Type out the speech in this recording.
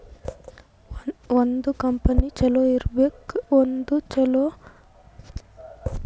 ಒಂದ್ ಕಂಪನಿ ಛಲೋ ಇರ್ಬೇಕ್ ಮತ್ತ ಛಲೋ ಬೆಳೀಬೇಕ್ ಅಂದುರ್ ಫೈನಾನ್ಸಿಯಲ್ ಕ್ಯಾಪಿಟಲ್ ಬೇಕ್ ಆತ್ತುದ್